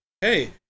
hey